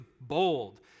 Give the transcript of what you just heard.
bold